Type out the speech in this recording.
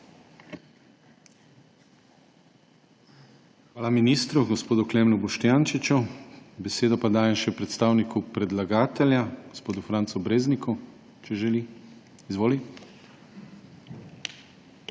Hvala ministru gospodu Klemnu Boštjančiču. Besedo dajem še predstavniku predlagatelja gospodu Francu Brezniku, če želi. Izvoli.